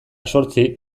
zortzi